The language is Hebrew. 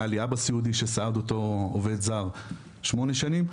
היה לי אבא סיעודי שסעד אותו עובד זר מעל שמונה שנים,